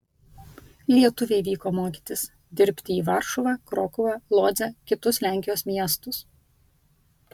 lietuviai vyko mokytis dirbti į varšuvą krokuvą lodzę kitus lenkijos miestus